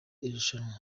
irushanwa